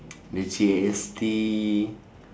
the G_S_T